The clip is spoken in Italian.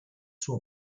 suo